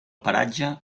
paratge